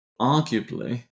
arguably